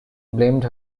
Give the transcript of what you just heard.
blamed